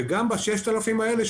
וגם ב-6,000 האלה,